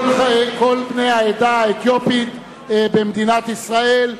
כל בני העדה האתיופית במדינת ישראל,